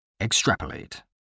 Extrapolate